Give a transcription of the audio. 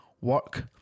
work